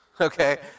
okay